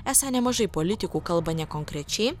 esą nemažai politikų kalba nekonkrečiai